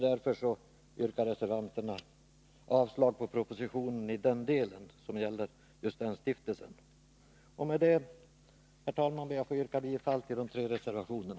Därför yrkar reservanterna avslag på propositionen i den del som gäller just denna stiftelse. Med detta, herr talman, ber jag att få yrka bifall till de tre reservationerna.